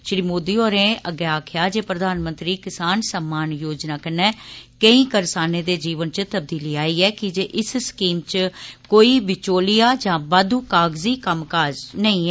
श्री मोदी होरें अग्गै आक्खेया जे प्रधानमंत्री किसान सम्मान योजना कन्नै केंई करसानें दे जीवन च तबदीली आई ऐ कीजे इस स्कीम च कोई बचौलिया जां बाद्दू कागजी कम्मकाज नेंई ऐ